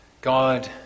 God